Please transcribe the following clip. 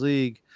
League